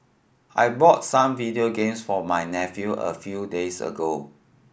I bought some video games for my nephew a few days ago